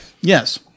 Yes